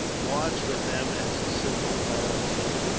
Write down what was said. marched with them as a simple volunteer.